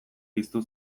piztu